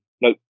nope